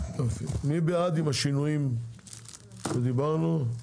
מי בעד, עם השינויים שדיברנו עליהם?